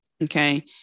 okay